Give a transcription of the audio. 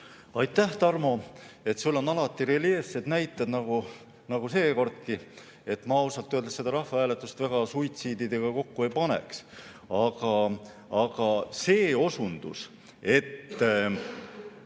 Aitäh, Tarmo! Sul on alati reljeefsed näited, nagu seekordki. Ma ausalt öeldes seda rahvahääletust väga suitsiididega kokku ei paneks. Aga see osundus, et